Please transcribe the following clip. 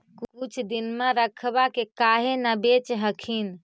कुछ दिनमा रखबा के काहे न बेच हखिन?